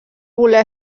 voler